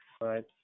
Right